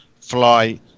fly